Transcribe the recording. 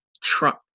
Trump